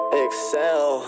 excel